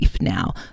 now